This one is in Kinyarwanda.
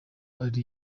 ari